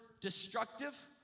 destructive